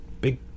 big